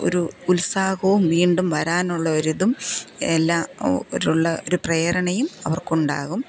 ഒരു ഉത്സാഹവും വീണ്ടും വരാനുള്ള ഒരിതും എല്ലാം ഒരുള്ള ഒരു പ്രേരണയും അവർക്കുണ്ടാകും